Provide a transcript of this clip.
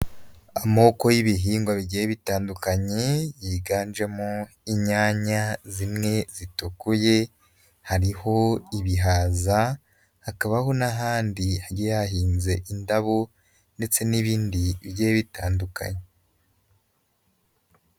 Amoko y'ibihingwa bigiye bitandukanye yiganjemo inyanya zimwe zitukuye, hariho ibihaza hakabaho n'ahandi hagiye hahinze indabo ndetse n'ibindi bigiye bitandukanye.